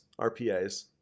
RPAs